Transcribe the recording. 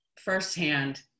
firsthand